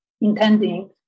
intending